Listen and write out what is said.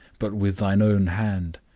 but with thine own hand.